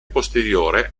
posteriore